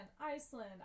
Iceland